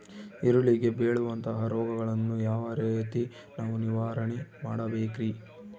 ಈರುಳ್ಳಿಗೆ ಬೇಳುವಂತಹ ರೋಗಗಳನ್ನು ಯಾವ ರೇತಿ ನಾವು ನಿವಾರಣೆ ಮಾಡಬೇಕ್ರಿ?